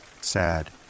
sad